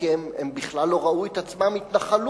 כי הם בכלל לא ראו את עצמם התנחלות.